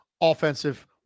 offensive